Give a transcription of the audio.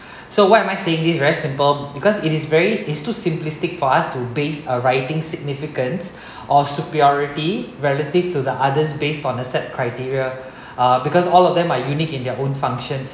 so what am I saying is very simple because it is very it's too simplistic for us to base a writing significance or superiority relative to the others based on the set criteria because uh all of them are unique in their own functions